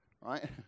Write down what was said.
right